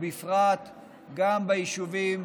גם ביישובים